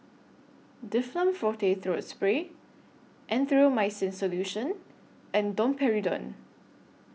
Difflam Forte Throat Spray Erythroymycin Solution and Domperidone